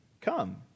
come